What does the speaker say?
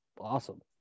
awesome